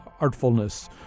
artfulness